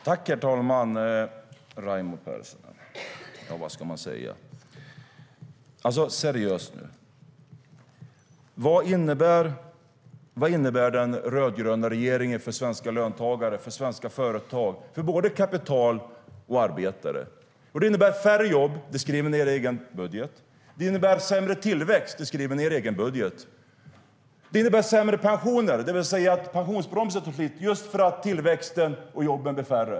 Herr talman! Raimo Pärssinen, ja, vad ska man säga? Alltså seriöst: Vad innebär den rödgröna regeringen för svenska löntagare och företag, för både kapital och arbetare? Jo, den innebär färre jobb, det skriver ni i er egen budget. Det innebär sämre tillväxt, det skriver ni i er egen budget. Det innebär sämre pensioner eftersom pensionsbromsen slår till just för att tillväxten och jobben blir färre.